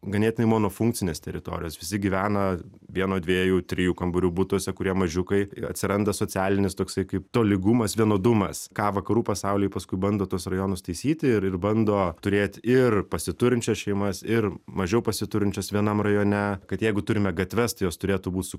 ganėtinai monofunkcinės teritorijos visi gyvena vieno dviejų trijų kambarių butuose kurie mažiukai ir atsiranda socialinis toksai kaip tolygumas vienodumas ką vakarų pasauliai paskui bando tuos rajonus taisyti ir ir bando turėt ir pasiturinčias šeimas ir mažiau pasiturinčias vienam rajone kad jeigu turime gatves tai jos turėtų būt su